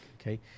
okay